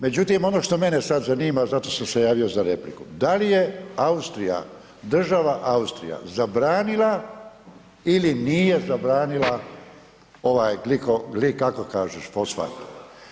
Međutim, ono što mene sad zanima, zato sam se javio za repliku, da li je Austrija, država Austrija zabranila ili nije zabranila ovaj gliko, gli, kako kažeš, fosfat.